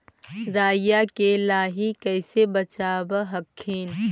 राईया के लाहि कैसे बचाब हखिन?